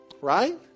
Right